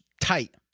tight